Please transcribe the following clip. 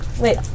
Wait